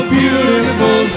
beautiful